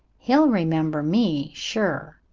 he'll remember me sure.